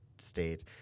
State